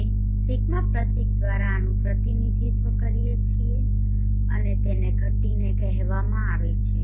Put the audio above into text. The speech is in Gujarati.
અમે δ પ્રતીક દ્વારા આનું પ્રતિનિધિત્વ કરીએ છીએ અને તેને ઘટીને કહેવામાં આવે છે